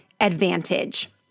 Advantage